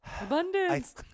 abundance